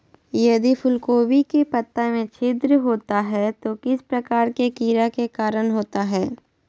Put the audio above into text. यदि फूलगोभी के पत्ता में छिद्र होता है तो किस प्रकार के कीड़ा के कारण होता है?